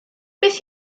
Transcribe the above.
beth